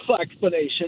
explanation